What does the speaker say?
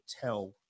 tell